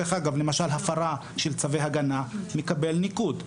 דרך אגב, למשל הפרה של צווי הגנה מקבלת ניקוד.